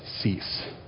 cease